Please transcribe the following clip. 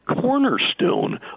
cornerstone